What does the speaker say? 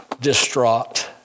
distraught